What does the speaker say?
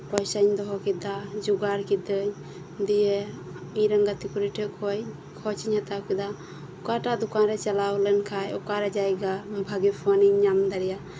ᱯᱚᱭᱥᱟᱧ ᱫᱚᱦᱚᱠᱮᱫᱟ ᱡᱚᱜᱟᱲ ᱠᱤᱫᱟᱹᱧ ᱫᱤᱭᱮ ᱤᱧᱨᱮᱱ ᱜᱟᱛᱤ ᱠᱩᱲᱤ ᱴᱷᱮᱱ ᱠᱷᱚᱡ ᱠᱷᱚᱡ ᱤᱧ ᱦᱟᱛᱟᱣ ᱠᱮᱫᱟ ᱚᱠᱟᱴᱟᱜ ᱫᱚᱠᱟᱱ ᱨᱮ ᱪᱟᱞᱟᱣ ᱞᱮᱱᱠᱷᱟᱡ ᱚᱠᱟ ᱡᱟᱭᱜᱟ ᱵᱷᱟᱜᱤ ᱯᱷᱚᱱᱤᱧ ᱧᱟᱢ ᱫᱟᱲᱤᱭᱟᱜ ᱟ